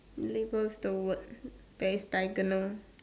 link both the words that is diagonal